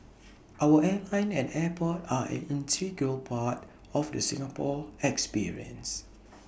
our airline and airport are an integral part of the Singapore experience